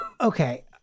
okay